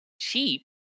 cheap